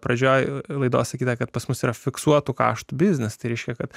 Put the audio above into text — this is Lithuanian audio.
pradžioje laidos sakyta kad pas mus yra fiksuotų kaštų biznis tai reiškia kad